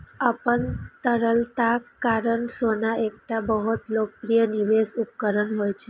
अपन तरलताक कारण सोना एकटा बहुत लोकप्रिय निवेश उपकरण होइ छै